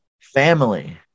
family